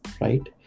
Right